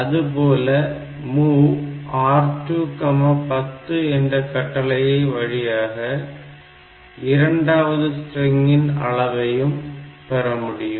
அதுபோல MOV R210 என்ற கட்டளை வழியாக இரண்டாவது ஸ்ட்ரிங்கின் அளவையும் பெறமுடியும்